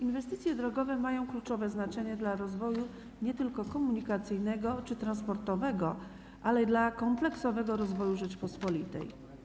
Inwestycje drogowe mają kluczowe znaczenie dla rozwoju nie tylko komunikacyjnego czy transportowego, ale i kompleksowego rozwoju Rzeczypospolitej.